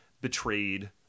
betrayed